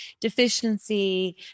deficiency